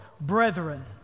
brethren